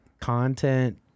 content